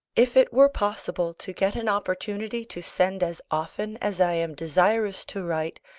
if it were possible to get an opportunity to send as often as i am desirous to write,